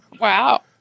Wow